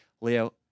Leo